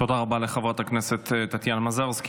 תודה רבה לחברת הכנסת טטיאנה מזרסקי.